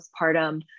postpartum